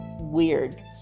weird